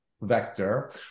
vector